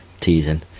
teasing